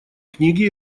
книги